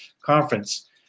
conference